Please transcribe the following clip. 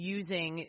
using